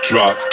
Drop